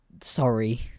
sorry